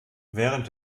während